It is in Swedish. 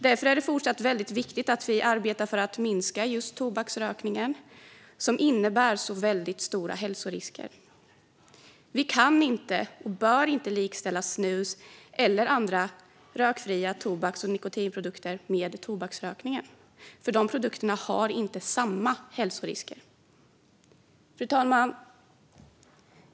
Därför är det fortsatt väldigt viktigt att vi arbetar för att minska just tobaksrökningen som innebär så väldigt stora hälsorisker. Vi kan och bör inte likställa snus eller andra rökfria tobaks och nikotinprodukter med tobaksprodukter som man röker, eftersom dessa produkter inte har samma hälsorisker. Fru talman!